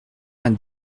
vingt